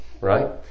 Right